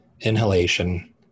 inhalation